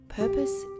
purpose